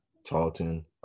Talton